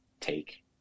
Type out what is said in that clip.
take